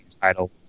title